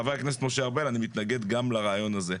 חבר הכנסת משה ארבל, אני מתנגד גם לרעיון הזה.